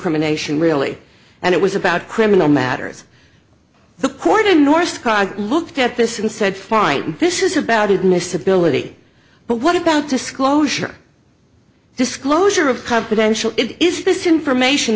incrimination really and it was about criminal matters the court in north korea looked at this and said fine this is about admissibility but what about disclosure disclosure of confidential it is this information